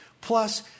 plus